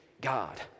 God